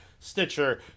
stitcher